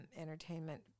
entertainment